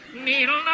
Needle